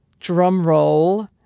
drumroll